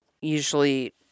Usually